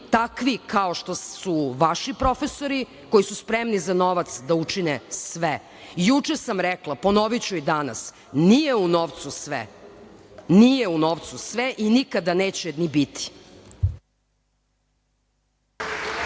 takvi kao što su vaši profesori, koji su spremni za novac da učine sve. Juče sam rekla, ponoviću i danas, nije u novcu sve. Nije u novcu sve i nikada neće ni biti.